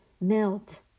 melt